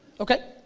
okay,